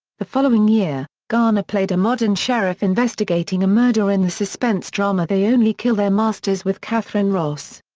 the following year, garner played a modern sheriff investigating a murder in the suspense drama they only kill their masters with katherine ross.